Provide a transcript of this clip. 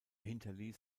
hinterließ